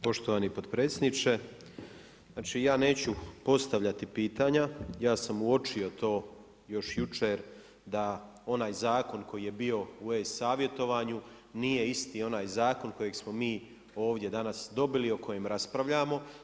Poštovani potpredsjedniče, znači ja neću postavljati pitanja, ja sam uočio to još jučer da onaj zakon koji je bio u e-savjetovanju nije isti onaj zakon kojeg smo mi ovdje danas dobili o kojem raspravljamo.